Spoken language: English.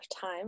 time